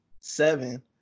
seven